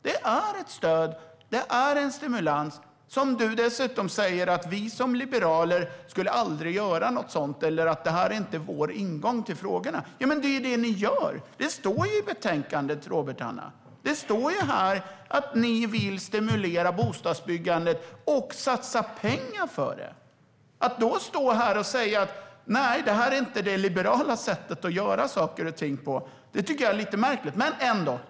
Det är ett stöd och en stimulans. Du säger dessutom att ni som liberaler aldrig skulle göra något sådant eller att det inte är er ingång till frågorna. Men det är ju det ni gör. Det står ju i betänkandet, Robert Hannah, att ni vill stimulera bostadsbyggandet och satsa pengar på det. Att då stå här och säga att det inte är det liberala sättet att göra saker och ting tycker jag är lite märkligt.